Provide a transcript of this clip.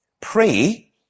pray